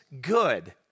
good